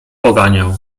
poganiał